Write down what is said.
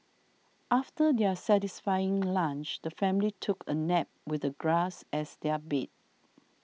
after their satisfying lunch the family took a nap with the grass as their bed